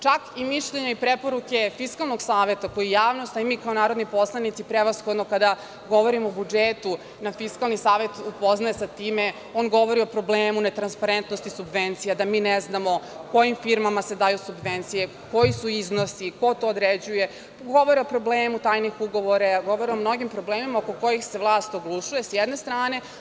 Čak i mišljenja i preporuke Fiskalnog saveta koje je javnost, a i mi kao narodni poslanici, prevashodno kada govorimo o budžetu, nas Fiskalni savet upoznaje sa time, on govori o problemu netransparentnosti subvencija, da mi ne znamo kojim firmama se daju subvencije, koji su iznosi, ko to određuje, govore o problemima tajnih ugovora, govore o mnogim problemima oko kojih se vlast oglušuje, sa jedne strane.